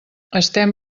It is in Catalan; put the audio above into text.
estem